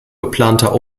geplanter